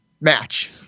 match